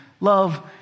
Love